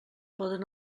poden